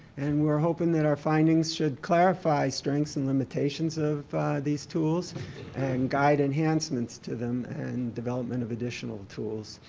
and we're hoping that our findings should clarify strengths and limitations of these tools and guide enhancements to them and development of additional tools.